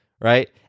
right